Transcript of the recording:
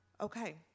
Okay